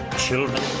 children